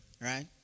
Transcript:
right